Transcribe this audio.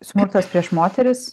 smurtas prieš moteris